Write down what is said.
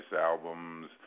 albums